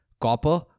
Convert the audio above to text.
Copper